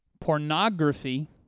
pornography